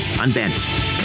unbent